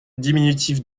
diminutif